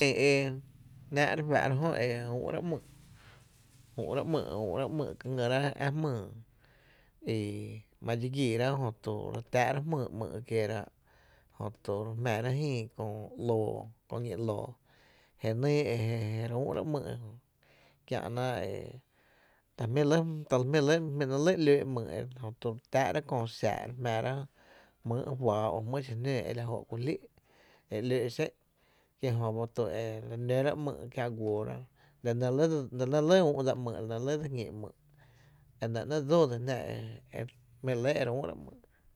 E e jná’ re fáá’ra jö e üü’ráá’ ‘myy’, üü’rá’ ‘mýý’ ngýra’ ä’ jmyy idxi giirá’ jö tu re táá´rá’ jmyy ‘myy’, jö to re jmⱥⱥrá’ jïï köö ñí’ ‘loo je nýý e re üü’rá’ ‘mýý’ kiä’náá’ ta jmí’ ta jmí’ lɇ ‘lóó’ ‘myy’ jötu my táá’rá’ köö xaa my jmⱥⱥrá’ jmýý’ faa o jmý’ xinóó la joo’ kú jlí’ e ‘lóó’ xé’n kie’ jö e re nóráá’ ‘myy’ kiä’ guoora la nɇ re lɇ la nɇ re lɇ dse jñi ‘myy’, e nɇ ‘nɇɇ’ dsóó dsin jná jmí re lɇ e üü’ra ‘myy’.